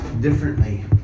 differently